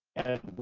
and